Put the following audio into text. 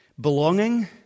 belonging